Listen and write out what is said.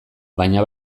baina